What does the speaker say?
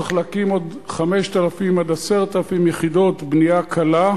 צריך להקים עוד 5,000 10,000 יחידות בנייה קלה,